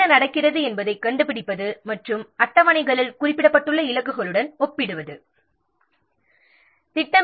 என்ன நடக்கிறது என்பதைக் கண்டுபிடிப்பது மற்றும் அட்டவணைகளில் குறிப்பிடப்பட்டுள்ள இலக்குகளுடன் ஒப்பிடுவது தேவை